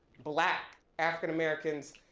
black african americans,